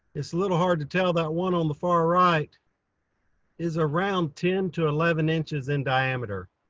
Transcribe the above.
it's a little hard to tell, that one on the far right is around ten to eleven inches in diameter.